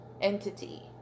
entity